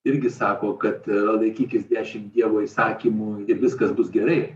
irgi sako kad laikykis dešimt dievo įsakymų viskas bus gerai